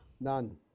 none